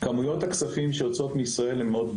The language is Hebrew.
הנקודה פה היא מאוד מאוד